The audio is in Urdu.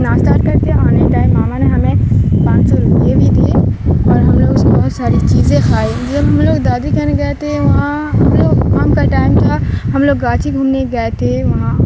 ناشتہ کرتے آنے ٹائم ماما نے ہمیں پانچ سو روپیے بھی دیے اور ہم لوگ اس کو بہت ساری چیزیں کھائی یہ ہم لوگ دادی کہنے گئے تھے وہاں ہم لوگ آم کا ٹائم تھا ہم لوگ گاچھی گھومنے گئے تھے وہاں